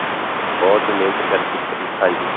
ਅਤੇ ਬਹੁਤ ਮਿਹਨਤ ਕਰਕੇ ਪੜ੍ਹੀ ਹਾਂਜੀ